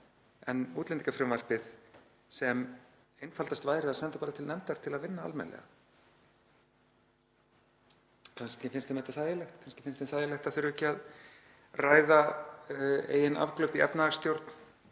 en útlendingafrumvarpið sem einfaldast væri að senda bara til nefndar til að vinna almennilega. Kannski finnst þeim þetta þægilegt. Kannski finnst þeim þægilegt að þurfa ekki að ræða eigin afglöp í efnahagsstjórn,